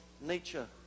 nature